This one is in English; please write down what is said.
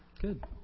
Good